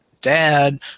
Dad